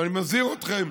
אבל אני מזהיר אתכם,